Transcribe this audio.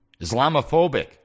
Islamophobic